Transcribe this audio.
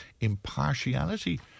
impartiality